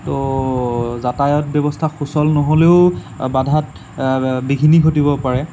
ত' যাতায়াত ব্যৱস্থা সুচল নহ'লেও বাধাত বিঘিনি ঘটিব পাৰে